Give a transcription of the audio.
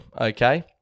okay